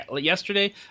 Yesterday